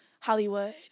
Hollywood